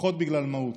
ופחות בגלל מהות,